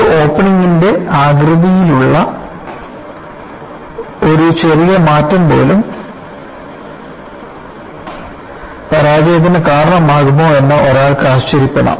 ഒരു ഓപ്പണിംഗിന്റെ ആകൃതിയിലുള്ള ഒരു ചെറിയ മാറ്റം പോലും പരാജയത്തിന് കാരണമാകുമോ എന്ന് ഒരാൾക്ക് ആശ്ചര്യപ്പെടാം